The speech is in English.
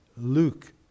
Luke